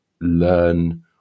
learn